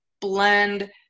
blend –